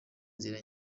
nzira